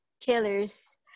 killers